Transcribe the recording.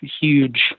huge